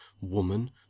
woman